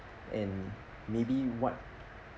and maybe what